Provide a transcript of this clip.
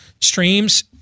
streams